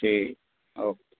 ठीकु ओ के